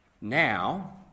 Now